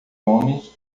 homens